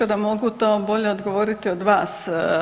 Teško da mogu to bolje odgovoriti od vas.